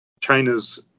China's